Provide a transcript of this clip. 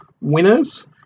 winners